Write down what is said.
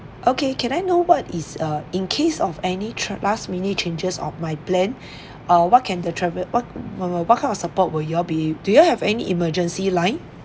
okay can I know what is uh in case of any tra~ last minute changes of my plan uh what can the travel what what what what kind of support will y'all be do you have any emergency line